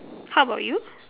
how about you